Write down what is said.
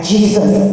Jesus